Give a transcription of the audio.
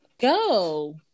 Go